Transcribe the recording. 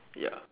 ya